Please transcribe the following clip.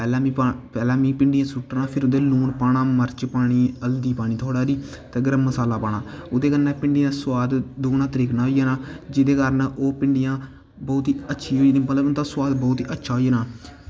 पैह्ले में भिंडियें गी सुटना फिर ओह्दै च लून पाना मर्च पानी हल्दी पानी थोह्ड़ी सारी ते गर्म मसाला पाना ओह्दे कन्नै भिंडियें दा सोआद दुगना त्रिगना होई जाना जेह्दे कारण ओह् भिंडियां बौह्त गै अच्छियां होई जंदियां मतलब कि उं'दा सोआद बौह्त गै अच्छा होई जाना